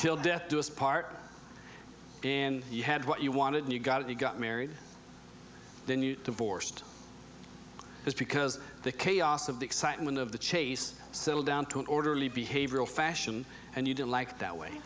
till death do us part and you had what you wanted and you got it you got married then you divorced is because the chaos of the excitement of the chase settle down to an orderly behavioral fashion and you didn't like that way